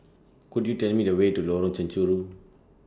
Could YOU Tell Me The Way to Lorong Chencharu